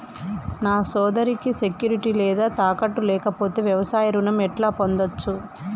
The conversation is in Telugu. నా సోదరికి సెక్యూరిటీ లేదా తాకట్టు లేకపోతే వ్యవసాయ రుణం ఎట్లా పొందచ్చు?